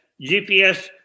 GPS